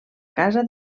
casa